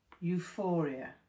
Euphoria